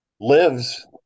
lives